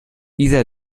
isa